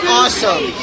awesome